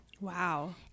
Wow